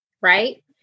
right